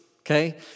okay